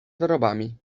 wyrobami